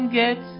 get